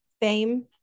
fame